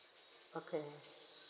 okay